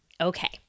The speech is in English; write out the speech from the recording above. Okay